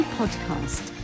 podcast